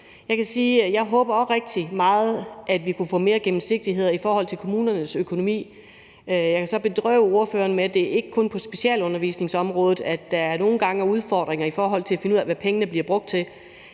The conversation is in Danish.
også håber rigtig meget, at vi kan få mere gennemsigtighed i forhold til kommunernes økonomi. Jeg kan så bedrøve ordføreren med, at det ikke kun er på specialundervisningsområdet, at der nogle gange er udfordringer, i forhold til at finde ud af hvad pengene bliver brugt til.